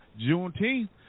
Juneteenth